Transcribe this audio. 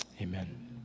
Amen